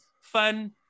fun